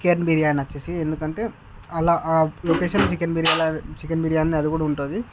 chicken biryani వచ్చి ఎందుకుంటే అలా ఆ లొకేషన్ చికెన్ బిర్యానీ ఆ చికెన్ బిర్యానీ అది కూడా ఉంటుంది